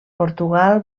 portugal